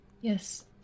Yes